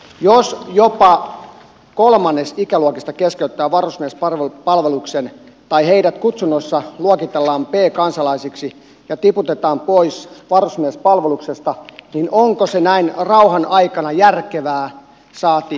jos jopa kolmannes ikäluokista keskeyttää varusmiespalveluksen tai heidät kutsunnoissa luokitellaan b kansalaisiksi ja tiputetaan pois varusmiespalveluksesta niin onko se näin rauhan aikana järkevää saati inhimillistä